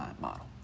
model